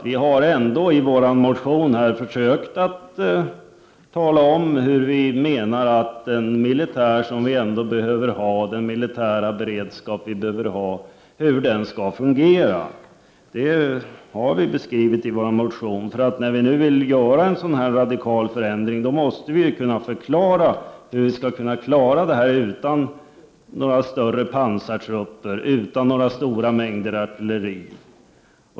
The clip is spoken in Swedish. Vi har ändå i vår motion försökt att tala om hur vi menar att den militära beredskap som Sverige behöver ha skall fungera. När vi nu vill göra en radikal förändring, måste vi kunna förklara hur försvaret skall kunna sköta sina uppgifter utan några större pansartrupper och utan stora mängder artilleri.